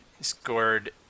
scored